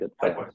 Good